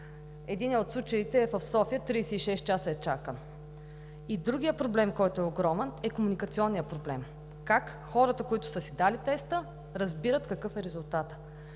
Единият от случаите е в София – 36 часа е чакан. И другият проблем, който е огромен, е комуникационният проблем как хората, които са си дали теста, разбират какъв е резултатът